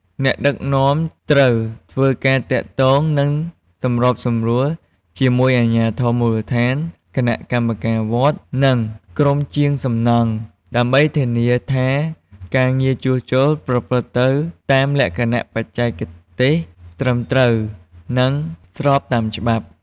អ្នកដឹកនាំត្រូវធ្វើការទាក់ទង និងសម្របសម្រួលជាមួយអាជ្ញាធរមូលដ្ឋាន គណៈកម្មការវត្ត និងក្រុមជាងសំណង់ ដើម្បីធានាថាការងារជួសជុលប្រព្រឹត្តទៅតាមលក្ខណៈបច្ចេកទេសត្រឹមត្រូវ និងស្របតាមច្បាប់។